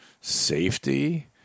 safety